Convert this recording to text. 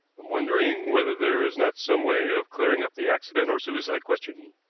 i'm wondering whether there is not some way of clearing up the accident or suicide question.